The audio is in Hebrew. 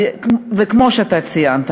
כמו שאתה ציינת,